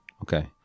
okay